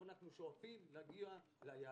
אבל אנחנו שואפים להגיע ליעדים,